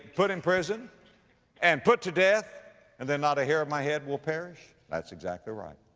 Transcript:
put in prison and put to death and then not a hair of my head will perish? that's exactly right.